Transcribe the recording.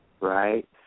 right